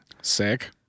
Sick